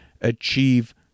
achieve